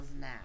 now